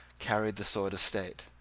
carried the sword of state.